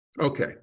Okay